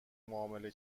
معامله